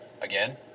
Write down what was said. Again